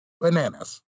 Bananas